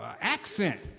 accent